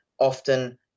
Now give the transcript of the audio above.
often